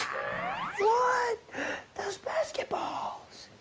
ah those basketballs.